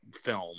film